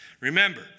Remember